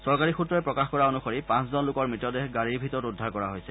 চৰকাৰী সূত্ৰই প্ৰকাশ কৰা অনুসৰি পাঁচজন লোকৰ মৃতদেহ গাড়ীৰ ভিতৰত উদ্ধাৰ কৰা হৈছে